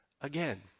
again